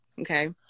okay